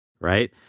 right